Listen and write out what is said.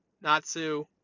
Natsu